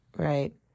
right